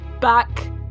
back